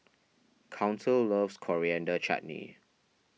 Council loves Coriander Chutney